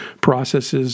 processes